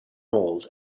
mold